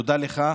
תודה לך.